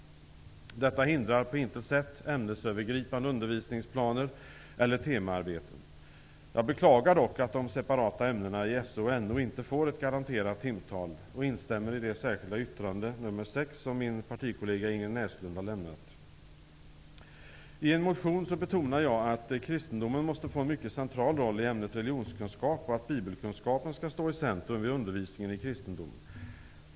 Detta hindrar på intet sätt ämnesövergripande undervisningsplanering eller temaarbeten. Jag beklagar dock att de separata ämnena i SO och NO inte får ett garanterat timtal. Jag instämmer därför i det särskilda yttrande nr 6 som min partikollega I en motion betonar jag att kristendomen måste få en mycket central roll i ämnet religionskunskap och att bibelkunskapen skall stå i centrum i kristendomsundervisningen.